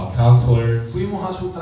counselors